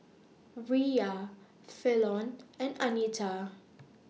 Riya Fallon and Anita